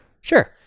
Sure